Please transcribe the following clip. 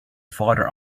father